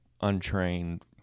untrained